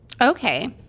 okay